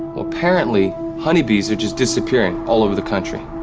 apparently, honeybees are just disappearing all over the country.